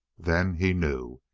then he knew.